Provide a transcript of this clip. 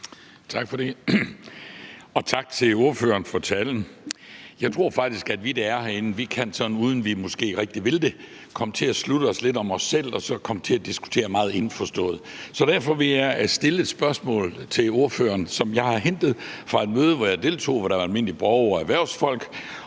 for det, og tak til ordføreren for talen. Jeg tror faktisk, at vi, der er herinde, kan komme til – måske uden at vi rigtig vil det – at lukke os lidt om os selv og komme til at diskutere meget indforstået. Derfor vil jeg stille et spørgsmål til ordføreren, som jeg har hentet fra et møde, som jeg deltog i, hvor der deltog almindelige borgere og erhvervsfolk.